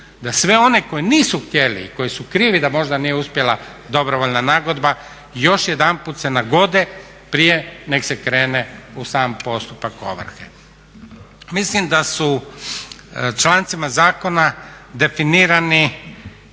da sve one koji nisu htjeli i koji su krivi da možda nije uspjela dobrovoljna nagodba još jedanput se nagode prije nego se krene u sam postupak ovrhe. Mislim da su člancima zakona definirani